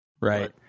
Right